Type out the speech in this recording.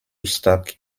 stock